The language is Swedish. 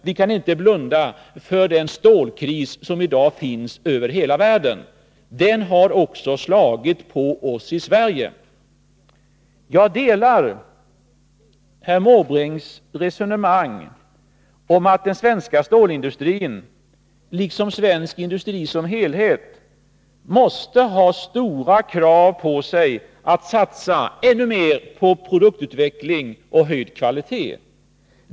Vi kan inte blunda för den stålkris som i dag finns över hela världen — den har också slagit till här i Sverige. Jag delar herr Måbrinks resonemang om att den svenska stålindustrin liksom svensk industri som helhet måste ha stora krav på sig att satsa ännu mer på produktutveckling och på höjd kvalitet.